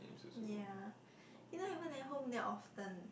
ya you know people went home very often